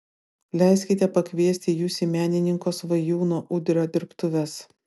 leiskite pakviesti jus į menininko svajūno udrio dirbtuves